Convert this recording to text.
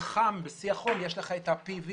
כשחם, בשיא החום, יש לך את ה-פי.וי.